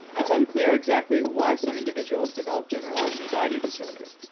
it's unclear exactly why some individuals develop generalized anxiety disorder,